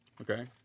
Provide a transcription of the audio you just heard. okay